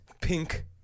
pink